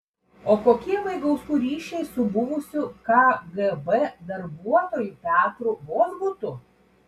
o kokie vaigauskų ryšiai su buvusiu kgb darbuotoju petru vozbutu